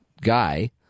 guy